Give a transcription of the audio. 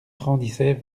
grandissait